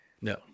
No